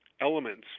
elements